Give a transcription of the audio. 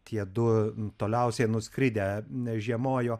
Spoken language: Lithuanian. tie du toliausiai nuskridę žiemojo